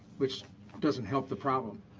which doesn't help the problem.